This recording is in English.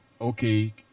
okay